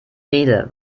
rede